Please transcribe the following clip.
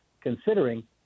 considering